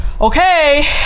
okay